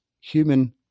human